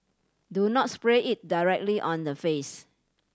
do not spray it directly on the face